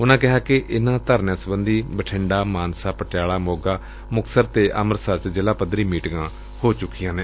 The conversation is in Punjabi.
ਉਨੂਾ ਕਿਹਾ ਕਿ ਇਨੂਾ ਧਰਨਿਆ ਸਬੰਧੀ ਬਠਿੰਡਾ ਮਾਨਸਾ ਪਟਿਆਲਾ ਮੋਗਾ ਮੁਕਤਸਰ ਅਤੇ ਅੰਮ੍ਤਿਸਰ ਚ ਜ਼ਿਲ੍ਹਾ ਪੱਧਰੀ ਮੀਟਿੱਗਾਂ ਹੋ ਚੁੱਕੀਆਂ ਨੇ